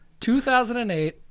...2008